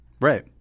Right